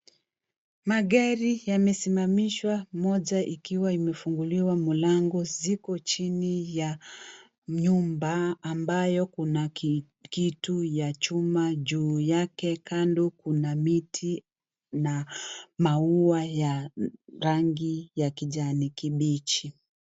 Magari yamesimamishwa Moja ikiwa imefunguliwa mlango ziko chini ya nyumba ambayo Kuna kitu ya chuma juu yake kando Kuna miti na maua ya rangi ya kijani kibichi.